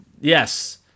Yes